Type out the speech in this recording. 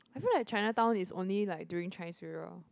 I thought like Chinatown is only like during Chinese New Year